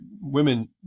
women